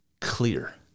clear